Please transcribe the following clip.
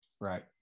right